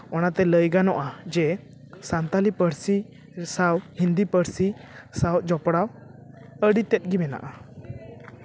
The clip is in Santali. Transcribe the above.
ᱚᱱᱟᱛᱮ ᱞᱟᱹᱭ ᱜᱟᱱᱚᱜᱼᱟ ᱡᱮ ᱥᱟᱱᱛᱟᱞᱤ ᱯᱟᱹᱨᱥᱤ ᱥᱟᱶ ᱦᱤᱱᱫᱤ ᱯᱟᱹᱨᱥᱤ ᱥᱟᱶ ᱡᱚᱯᱲᱟᱣ ᱟᱹᱰᱤ ᱛᱮᱫ ᱜᱮ ᱢᱮᱱᱟᱜᱼᱟ